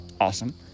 Awesome